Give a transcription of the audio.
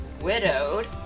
widowed